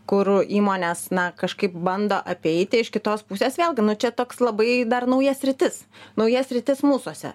kur įmonės na kažkaip bando apeiti iš kitos pusės vėlgi čia toks labai dar nauja sritis nauja sritis mūsuose